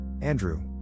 Andrew